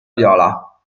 viola